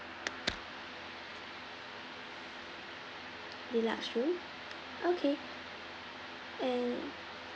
deluxe room okay and